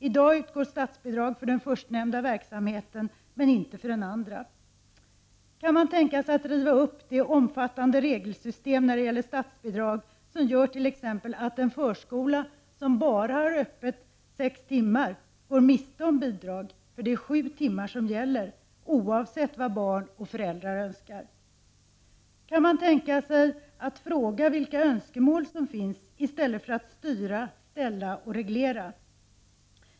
I dag utgår statsbidrag för den förstnämnda verksamheten men inte för den andra. Kan man tänka sig att riva upp det omfattande regelsystemet när det gäller statsbidrag som gör t.ex. att en förskola som ”bara” har öppet sex timmar går miste om bidrag — det är ju sju timmar som gäller, oavsett vad barn och föräldrar önskar? Kan man tänka sig att fråga vilka önskemål som finns i stället för att styra, ställa och reglera?